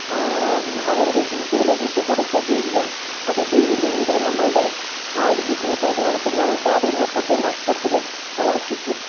അവരുടെ തീറ്റയിലൊക്കെ ഇട്ട് കൊടുത്ത് ചെയ്യുക അത് ചെയ്തില്ലെങ്കില് നമ്മളുടെ ആ ഒരു ബിസ്നെസ്സായിട്ട് നടത്തുന്നവർക്ക് അത് മൊത്തത്തില് നഷ്ടത്തില് കലാശിക്കും